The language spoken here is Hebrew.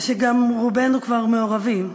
מה גם שרובנו כבר מעורבים.